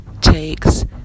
takes